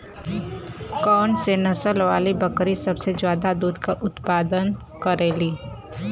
कौन से नसल वाली बकरी सबसे ज्यादा दूध क उतपादन करेली?